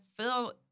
feel